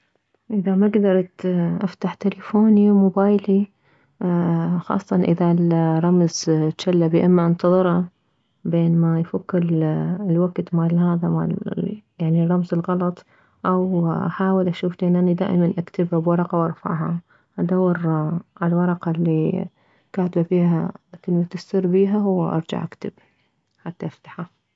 اذا ما كدرت افتح تلفوني وموبايلي خاصة اذا الرمز جلب يا اما انتظره بينما يفك الوكت مالهذا يعني مالرمز الغلط او احاول اشوف لان اني دايما اكتبها بورقة وارفعها ادور عالورقة الي كاتبة بيها كلمة السر بيها وارجع اكتب حتى افتحها